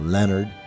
Leonard